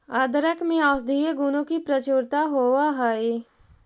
अदरक में औषधीय गुणों की प्रचुरता होवअ हई